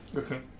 okay